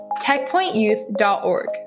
techpointyouth.org